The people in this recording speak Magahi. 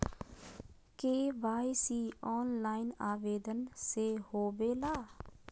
के.वाई.सी ऑनलाइन आवेदन से होवे ला?